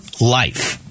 life